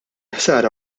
ħsara